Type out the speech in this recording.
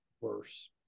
worse